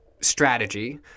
strategy